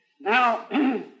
Now